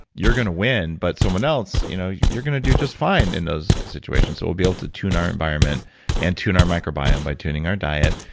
you're going to win, but someone else, you know you're going to do just fine in those situations. so, we'll be able to tune our environment and tune our microbiome by tuning our diet,